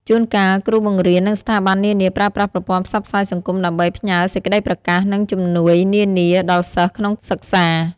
ជួនកាលគ្រូបង្រៀន និងស្ថាប័ននានាប្រើប្រាស់ប្រព័ន្ធផ្សព្វផ្សាយសង្គមដើម្បីផ្ញើសេចក្តីប្រកាស និងជំនួយនានាដល់សិស្សក្នុងសិក្សា។